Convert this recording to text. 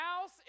house